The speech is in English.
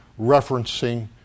referencing